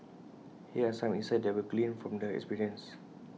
here are some insights that we gleaned from the experience